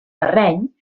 terreny